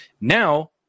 now